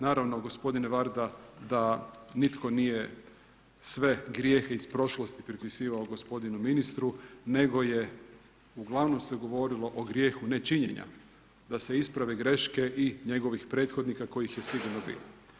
Naravno gospodine Varda da nitko nije sve grijehe iz prošlosti pripisivao gospodinu ministru nego uglavnom se govorilo o grijehu nečinjenja da se isprave greške i njegovih prethodnika kojih je sigurno bilo.